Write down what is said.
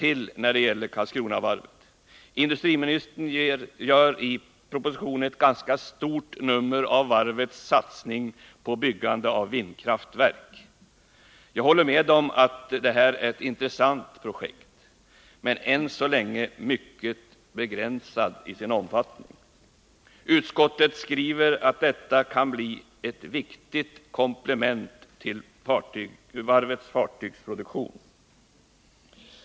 Industriministern gör i propositionen ett ganska stort nummer av Karlskronavarvets satsning på byggandet av vindkraftverk. Jag håller med om att projektet är intressant, men ännu så länge är det mycket begränsat till sin omfattning. Utskottet skriver att detta kan bli ett viktigt komplement till varvets fartygsproduktion.